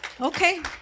okay